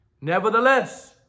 Nevertheless